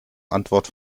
antwort